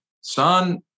son